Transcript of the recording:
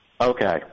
Okay